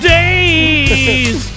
days